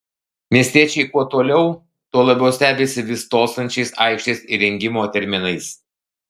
miestiečiai kuo toliau tuo labiau stebisi vis tolstančiais aikštės įrengimo terminais